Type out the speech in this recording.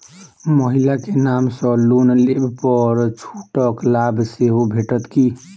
महिला केँ नाम सँ लोन लेबऽ पर छुटक लाभ सेहो भेटत की?